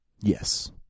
Yes